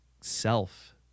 self